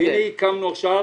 הקמנו עכשיו